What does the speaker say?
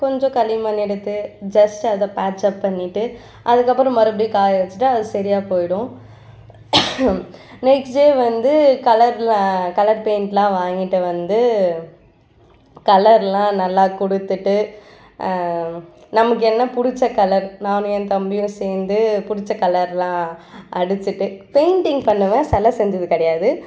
கொஞ்ச களிமண் எடுத்து ஜஸ்ட் அதை பேட்ச்சப் பண்ணிட்டு அதுக்கப்புறம் மறுபடியும் காய வச்சுட்டு அது சரியாக போய்டும் நெக்ஸ்ட் டே வந்து கலர்ல கலர் பெயிண்ட்லாம் வாங்கிட்டு வந்து கலர்லாம் நல்லா கொடுத்துட்டு நமக்கு என்ன பிடிச்ச கலர் நானும் ஏன் தம்பியும் சேர்ந்து பிடிச்ச கலர்லாம் அடிச்சுட்டு பெயிண்டிங் பண்ணுவேன் சில செஞ்சது கிடையாது